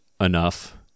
enough